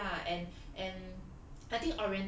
this kind of tea lah and and